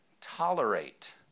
tolerate